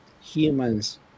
humans